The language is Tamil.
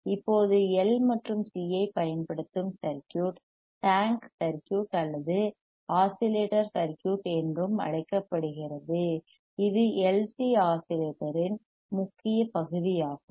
இப்போது எல் மற்றும் சி ஐப் பயன்படுத்தும் சர்க்யூட் டேங்க் சர்க்யூட் அல்லது ஆஸிலேட்டர் சர்க்யூட் என்றும் அழைக்கப்படுகிறது இது எல்சி LC ஆஸிலேட்டரின் முக்கிய பகுதியாகும்